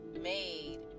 made